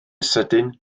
sydyn